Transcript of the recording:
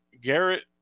Garrett